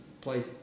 play